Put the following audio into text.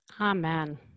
Amen